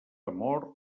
amor